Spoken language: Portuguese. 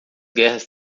guerras